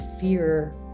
fear